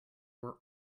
were